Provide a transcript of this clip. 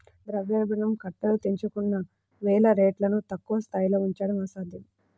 ద్రవ్యోల్బణం కట్టలు తెంచుకుంటున్న వేళ రేట్లను తక్కువ స్థాయిలో ఉంచడం అసాధ్యం